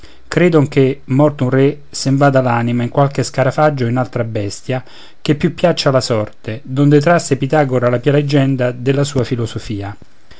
credon che morto un re sen vada l'anima in qualche scarafaggio o in altra bestia che più piaccia alla sorte donde trasse pitagora la pia leggenda della sua filosofia